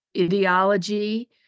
ideology